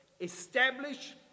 establish